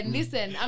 listen